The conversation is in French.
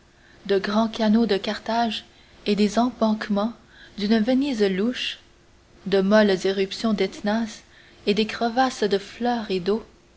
de grands canaux de carthage et des embankments d'une venise louche de molles éruptions d'etnas et des crevasses de fleurs et d'eaux